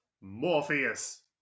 Morpheus